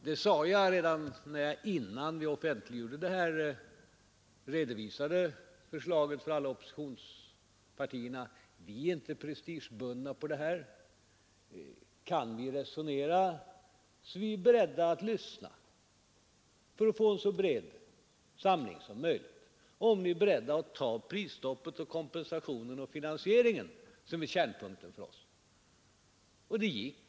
Det sade jag redan när förslaget, innan vi offentliggjorde det, redovisades för alla oppositionspartierna. Jag klargjorde att vi inte var prestigebundna. Kan vi resonera om finansieringsmetoden, sade jag, så är vi på vår sida beredda att lyssna för att få en så bred samling som möjligt kring prisstoppet, kompensationen och finansieringen, som är kärnpunkterna för oss. Och det gick.